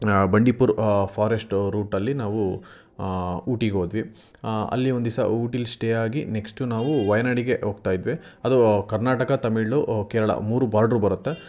Bandipur forest ರೂಟಲ್ಲಿ ನಾವು ಊಟಿಗೆ ಹೋದ್ವಿ ಅಲ್ಲಿ ಒಂದು ದಿವ್ಸ ಊಟಿಲಿ ಸ್ಟೇ ಆಗಿ ನೆಕ್ಸ್ಟು ನಾವು ವಯನಾಡಿಗೆ ಹೋಗ್ತಾ ಇದ್ವಿ ಅದು ಕರ್ನಾಟಕ ತಮಿಳು ಕೇರಳ ಮೂರೂ ಬಾರ್ಡ್ರು ಬರುತ್ತೆ